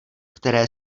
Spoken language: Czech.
které